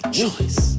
choice